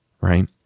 right